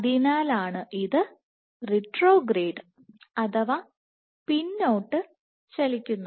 അതിനാലാണ് ഇത് റിട്രോഗ്രേഡ് അഥവാ പിന്നോട്ട് ചലിക്കുന്നത്